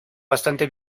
bastante